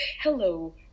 hello